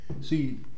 See